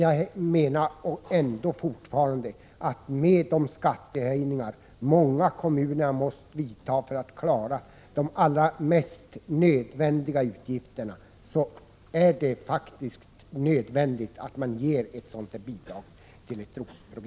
Jag menar fortfarande att med de skatteändringar många kommuner måste vidta för att klara de allra mest nödvändiga utgifterna, är det faktiskt nödvändigt att ge ett sådant bidrag.